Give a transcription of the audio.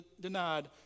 denied